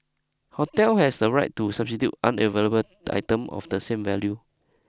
hotel has the right to substitute unavailable items of the same value